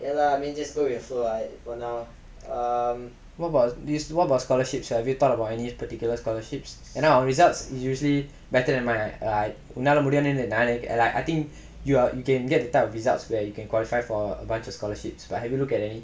what about this what about scholarships have you thought about any particular scholarships and your results usually better than mine err like உன்னால முடியுனு நா நெனக்:unnaala mudiyunu naa nenak I I think you are you can get the type of results where you can qualify for a bunch of scholarships but have you looked at any